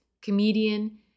comedian